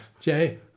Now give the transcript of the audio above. Jay